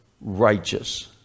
righteous